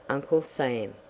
uncle sam.